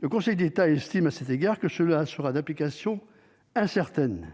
Le Conseil d'État estime à cet égard que ce sera d'application incertaine,